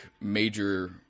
major